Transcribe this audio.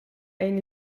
ein